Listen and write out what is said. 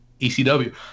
ECW